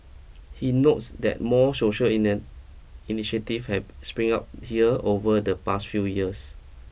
he notes that more social inner initiative have spring up here over the past few years